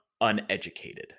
uneducated